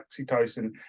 oxytocin